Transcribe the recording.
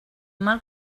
mal